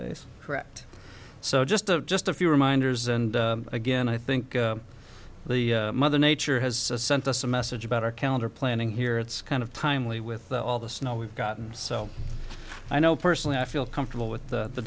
days correct so just a just a few reminders and again i think the mother nature has sent us a message about our calendar planning here it's kind of timely with all the snow we've gotten so i know personally i feel comfortable with the